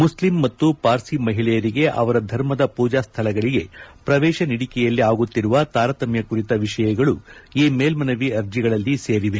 Muslim ಮತ್ತು ಪಾರ್ಸಿ ನೇತ್ತತದಲ್ಲಿ ಮಹಿಳೆಯರಿಗೆ ಅವರ ಧರ್ಮದ ಪೂಜಾ ಸ್ವಳಗಳಿಗೆ ಪ್ರವೇಶ ನೀಡಿಕೆಯಲ್ಲಿ ಆಗುತ್ತಿರುವ ತಾರತಮ್ಯ ಕುರಿತ ವಿಷಯಗಳೂ ಈ ಮೇಲ್ಲನವಿ ಅರ್ಜೆಗಳಲ್ಲಿ ಸೇರಿವೆ